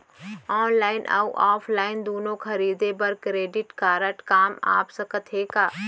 Online अऊ offline दूनो खरीदी बर क्रेडिट कारड काम आप सकत हे का?